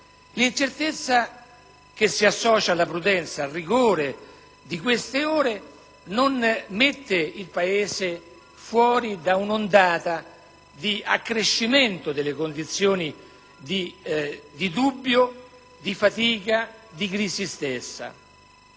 L'incertezza che si associa alla prudenza e al rigore di queste ore non mette il Paese fuori da un'ondata di accrescimento delle condizioni di dubbio, di fatica, di crisi.